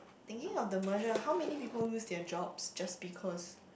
thinking of the merger how many people lose their jobs just because